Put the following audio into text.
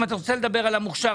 אם אתה רוצה לדבר על המוכשר,